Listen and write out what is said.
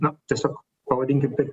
na tiesiog pavadinkim taip